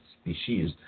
species